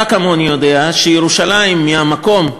אתה כמוני יודע שירושלים היא המקום,